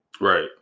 Right